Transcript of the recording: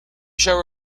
shall